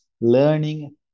learning